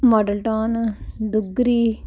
model town Dugri